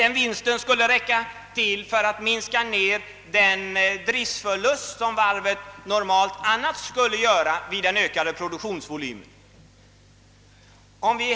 Men den skulle räcka för att minska den driftsförlust som varvet normalt annars skulle göra vid en ökad produktionsvolym.